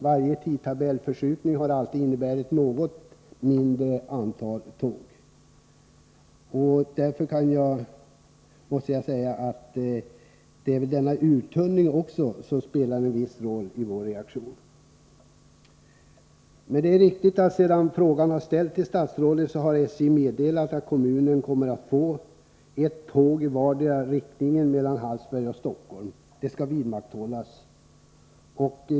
Varje tidtabellsförskjutning har inneburit ett något mindre antal tåg. Också denna uttunning spelar en viss roll för vår reaktion. Det är riktigt att SJ sedan frågan ställdes till statsrådet har meddelat att kommunen kommer att få ett tåg i vardera riktningen på sträckan mellan Hallsberg och Stockholm — den trafiken skall vidmakthållas.